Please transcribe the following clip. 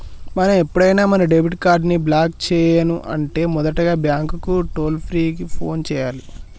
మనం ఎప్పుడైనా మన డెబిట్ కార్డ్ ని బ్లాక్ చేయను అంటే మొదటగా బ్యాంకు టోల్ ఫ్రీ కు ఫోన్ చేయాలి